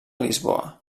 lisboa